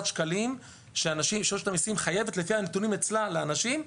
שקלים שרשות המיסים חייבת לפי הנתונים אצלה לאנשים.